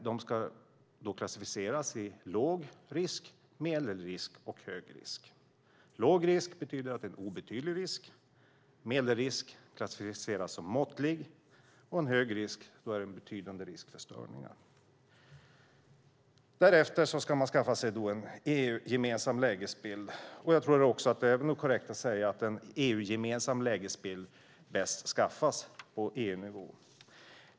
De ska klassificeras till låg risk, medelrisk och hög risk. Låg risk betyder att det är en obetydlig risk, medelrisk graderas som måttlig, och vid hög risk är det betydande risk för störningar. Därefter ska man skaffa sig en EU-gemensam lägesbild. Jag tror också att det är korrekt att säga att en EU-gemensam lägesbild bäst skaffas på EU-nivå.